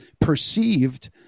perceived